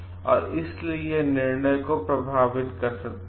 और इसलिएयह निर्णय को प्रभावित कर सकता है